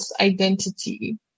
Identity